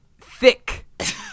thick